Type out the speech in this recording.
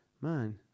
Man